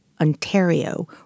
Ontario